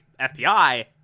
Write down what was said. FBI